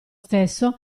stesso